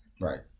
Right